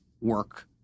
work